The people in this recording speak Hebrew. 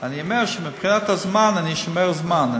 אני אומר שמבחינת הזמן, אני שומר זמן.